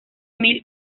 mil